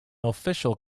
official